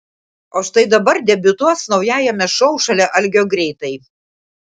o štai dabar debiutuos naujajame šou šalia algio greitai